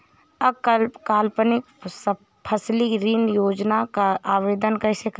अल्पकालीन फसली ऋण योजना का आवेदन कैसे करें?